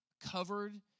covered